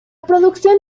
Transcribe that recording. producción